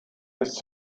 ist